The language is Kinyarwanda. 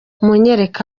munyereke